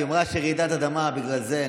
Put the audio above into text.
היא אמרה שיש רעידת אדמה בגלל זה.